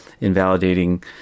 invalidating